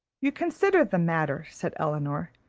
you consider the matter, said elinor,